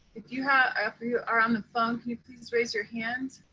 you have if you are on the phone, can you please raise your hand?